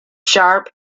sharp